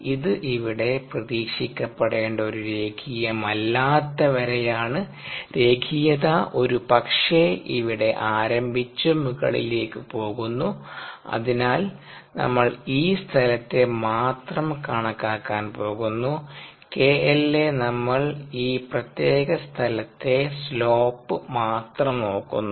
ഇത് ഇവിടെ പ്രതീക്ഷിക്കപ്പെടേണ്ട ഒരു രേഖീയമല്ലാത്ത വരയാണ് രേഖീയത ഒരുപക്ഷേ ഇവിടെ ആരംഭിച്ച് മുകളിലേക്ക് പോകുന്നു അതിനാൽ നമ്മൾ ഈ സ്ഥലത്തെ മാത്രം കണക്കാക്കാൻ പോകുന്നു 𝑘𝐿𝑎 നമ്മൾ ഈ പ്രത്യേക സ്ഥലത്തെ സ്ലോപ് മാത്രം നോക്കുന്നു